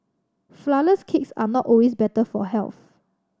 flourless cakes are not always better for health